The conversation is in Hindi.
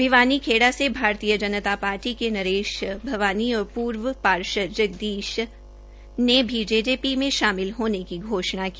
भिवानी खेड़ा से भारतीय जनता पार्टी के नरेश भवानी और पूर्व पार्षद जगदीश मिताथल ने भी जेजेपी में शामिल होने की घोषणा की